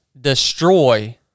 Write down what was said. destroy